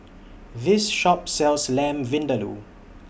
This Shop sells Lamb Vindaloo